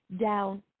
down